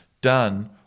done